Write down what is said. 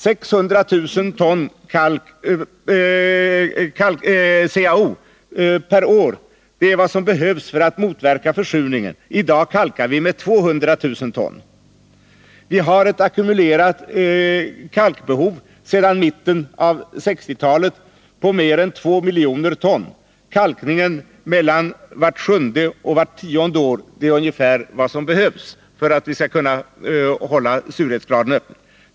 600 000 ton CaO per år är vad som behövs för att man skall motverka försurningen. I dag kalkar vi med 200 000 ton. Vi har sedan mitten av 1960-talet ett ackumulerat kalkbehov på mer än 2 milj. ton. Kalkning mellan vart sjunde och vart tionde år är ungefär vad som behövs för att vi skall kunna hålla surhetsgraden uppe.